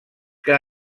que